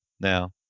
Now